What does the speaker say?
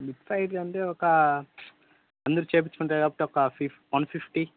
message అంటే ఒక అందరు చేయించుకుంటారు కాబట్టి ఒక ఫిఫ్ వన్ ఫిఫ్టీ